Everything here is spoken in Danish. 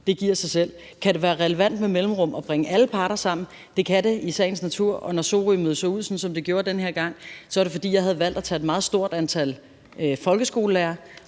det giver for selv. Kan det være relevant med mellemrum at bringe alle parter sammen? Det kan det i sagens natur, og når Sorømødet så ud, som det gjorde den her gang, var det, fordi jeg havde valgt at tage et meget stort antal folkeskolelærere